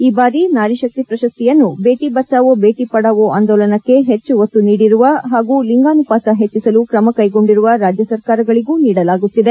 ಈ ಬಾರಿ ನಾರಿ ಶಕ್ತಿ ಪ್ರಶಸ್ತಿಯನ್ನು ಬೇಟಿ ಬಚಾಚೋ ಬೇಟಿ ಪಡಾವೋ ಆಂದೋಲನಕ್ಕೆ ಹೆಚ್ಚು ಒತ್ತು ನೀಡಿರುವ ಹಾಗೂ ಲಿಂಗಾನುಪಾತ ಹೆಚ್ಚಿಸಲು ಕ್ರಮ ಕೈಗೊಂಡಿರುವ ರಾಜ್ಯ ಸರಕಾರಗಳಿಗೂ ನೀಡಲಾಗುತ್ತಿದೆ